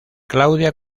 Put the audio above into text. claudia